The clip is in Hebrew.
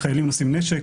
חיילים נושאים נשק,